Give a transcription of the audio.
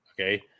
Okay